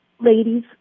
ladies